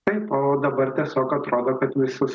taip o dabar tiesiog atrodo kad visus